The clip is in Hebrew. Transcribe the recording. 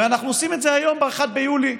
ואנחנו עושים את זה היום ב-1 ביולי,